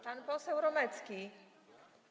Pan poseł Romecki.